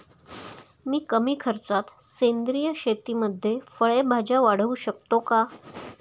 मी कमी खर्चात सेंद्रिय शेतीमध्ये फळे भाज्या वाढवू शकतो का?